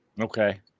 Okay